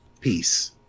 peace